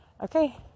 Okay